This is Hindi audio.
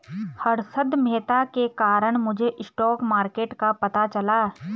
हर्षद मेहता के कारण मुझे स्टॉक मार्केट का पता चला